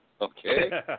okay